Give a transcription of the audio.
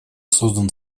создан